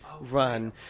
run